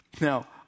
Now